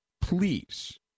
please